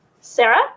Sarah